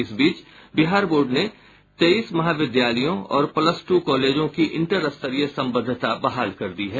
इस बीच बिहार बोर्ड ने तेईस महाविद्यालयों और प्लस टू कॉलेजों की इंटर स्तरीय संवद्धता बहाल कर दी है